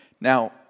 Now